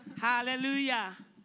Hallelujah